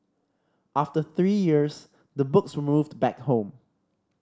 after three years the books were moved back home